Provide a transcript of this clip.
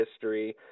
history